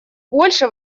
больше